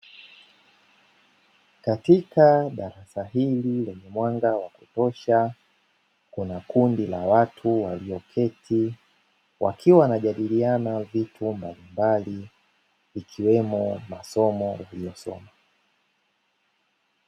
Katika darasa hili lenye mwanga wakutosha kuna kundi la watu walioketi, wakiwa wanajadiliana vitu mbalimbali ikiwemo masomo waliyosoma.